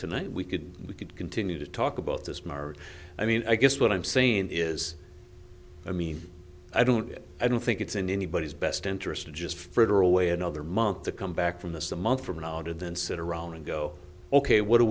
tonight we could we could continue to talk about this mar i mean i guess what i'm saying is i mean i don't i don't think it's in anybody's best interest to just fritter away another month to come back from this a month from now didn't sit around and go ok what do